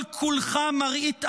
כל-כולך מראית עין,